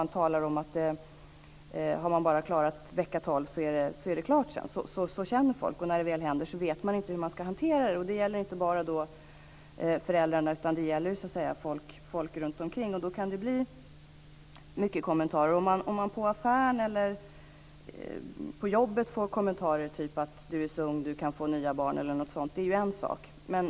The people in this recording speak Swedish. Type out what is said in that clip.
Det talas om att har man bara klarat vecka 12 så är det klart sedan. När det väl händer vet man inte hur man ska hantera det. Det gäller inte bara föräldrarna utan också folk runtomkring. Det kan bli mycket kommentarer.